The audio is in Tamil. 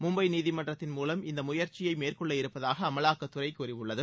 மும்பை நீதிமன்றத்தின் மூலம் இந்த முயற்சியை மேற்கொள்ள இருப்பதாக அமலாக்கத்துறை கூறியுள்ளது